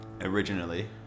Originally